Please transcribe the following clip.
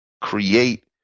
create